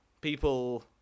people